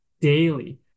daily